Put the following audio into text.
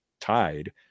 tied